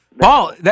Paul